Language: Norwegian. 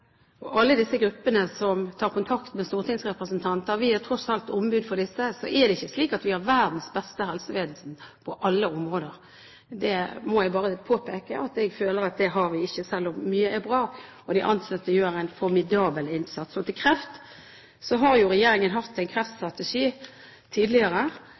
Og for alle disse gruppene som tar kontakt med stortingsrepresentanter – vi er tross alt ombud for disse – er det ikke slik at vi har verdens beste helsevesen på alle områder, det må jeg bare påpeke. Jeg føler at det har vi ikke, selv om mye er bra og de ansatte gjør en formidabel innsats. Når det gjelder kreft, har jo regjeringen hatt en kreftstrategi tidligere,